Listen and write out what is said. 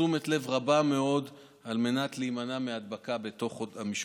תשומת לב רבה מאוד על מנת להימנע מהדבקה בתוך אותה משפחה.